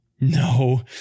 No